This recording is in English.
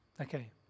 Okay